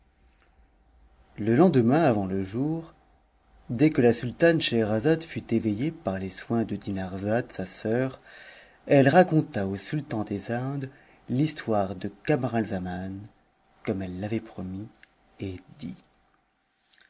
le lendemain avant le jour dès que la sultane scheherazadc tu éveillée par les soins de dinarzade sa sœur elle raconta au sultan des indes l'histoire de camaralzaman comme elle l'avait promis et dit